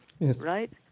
Right